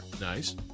Nice